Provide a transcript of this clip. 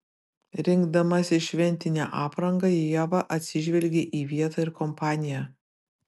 rinkdamasi šventinę aprangą ieva atsižvelgia į vietą ir kompaniją